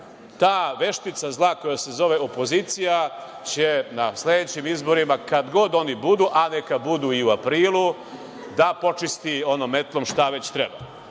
zla veštica koja se zove opozicija će na sledećim izborima, kad god oni budu, a neka budu i u aprilu, da počisti metlom šta već treba.U